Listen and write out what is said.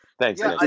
Thanks